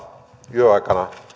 yöaikana